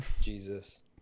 Jesus